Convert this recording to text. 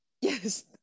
Yes